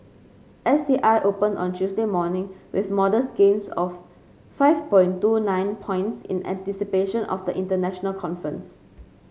S T I opened on Tuesday morning with modest gains of five point two nine points in anticipation of the international conference